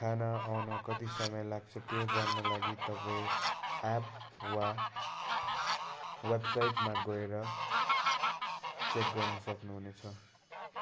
खाना आउन कति समय लाग्छ त्यो जान्न लागि तपाईँ एप वा वेबसाइटमा गएर चेक गर्नु सक्नुहुनेछ